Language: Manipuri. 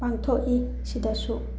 ꯄꯥꯡꯊꯣꯛꯏ ꯁꯤꯗꯁꯨ